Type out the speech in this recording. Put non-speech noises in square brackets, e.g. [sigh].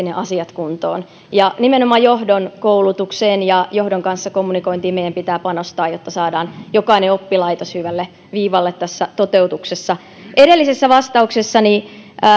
[unintelligible] ne asiat kuntoon nimenomaan johdon koulutukseen ja johdon kanssa kommunikointiin meidän pitää panostaa jotta saadaan jokainen oppilaitos hyvälle viivalle tässä toteutuksessa edellisessä vastauksessani